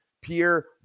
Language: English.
Pierre